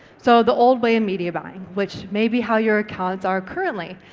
so the old way in media buying, which may be how your accounts are currently.